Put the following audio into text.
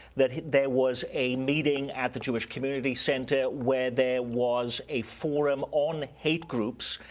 that there was a meeting at the jewish community center where there was a forum on hate groups,